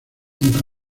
aunque